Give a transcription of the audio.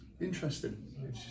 Interesting